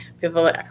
people